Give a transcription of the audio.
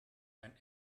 ein